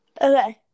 Okay